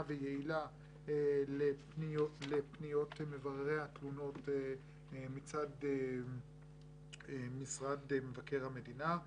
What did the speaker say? ויעילה לפניות מבררי התלונות מצד משרד מבקר המדינה.